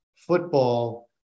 football